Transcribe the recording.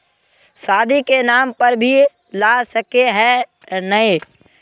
शादी के नाम पर भी ला सके है नय?